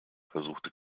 versuchte